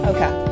Okay